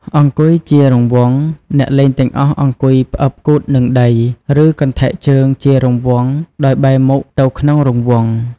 អង្គុយជារង្វង់ អ្នកលេងទាំងអស់អង្គុយផ្អឹបគូទនឹងដី ឬកន្ធែកជើង ជារង្វង់ ដោយបែរមុខទៅក្នុងរង្វង់ ។